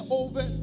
over